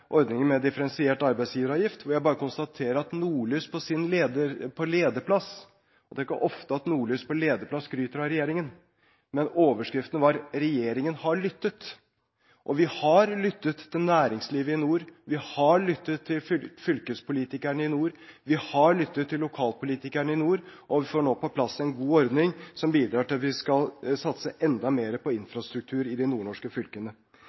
ordningen med differensiert arbeidsgiveravgift. Jeg konstaterer at Nordlys på lederplass hadde overskriften: «Regjeringen har lyttet». Det er ikke ofte at Nordlys på lederplass skryter av regjeringen. Vi har lyttet til næringslivet i nord, vi har lyttet til fylkespolitikerne i nord, vi har lyttet til lokalpolitikerne i nord, og vi får nå på plass en god ordning, som bidrar til at vi skal satse enda mer på infrastruktur i de nordnorske fylkene.